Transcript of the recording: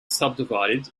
subdivided